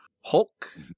Hulk